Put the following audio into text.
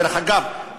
דרך אגב,